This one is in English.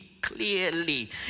clearly